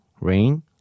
Rain